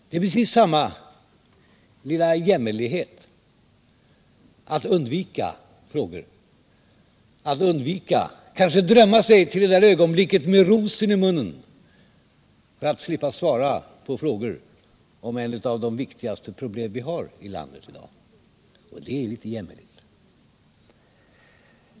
Det är ju litet jämmerligt att undvika frågor, att kanske drömma sig till det där ögonblicket med rosen i munnen — Den ekonomiska för att slippa svara på frågor om ett av de viktigaste problemen i landet = politiken m.m. i dag.